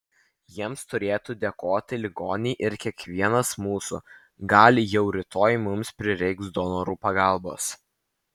jiems turėtų dėkoti ligoniai ir kiekvienas mūsų gal jau rytoj mums prireiks donorų pagalbos